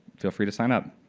feel free to sign up.